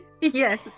Yes